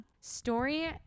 Story